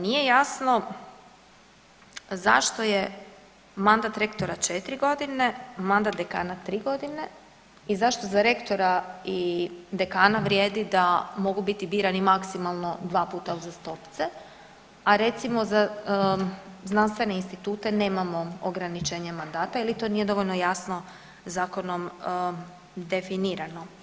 Nije jasno zašto je mandat rektora 4.g., mandat dekana 3.g. i zašto za rektora i dekana vrijedi da mogu biti birani maksimalno dva puta uzastopce, a recimo za znanstvene institute nemamo ograničenje mandata ili to nije dovoljno jasno zakonom definirano.